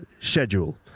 schedule